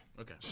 Okay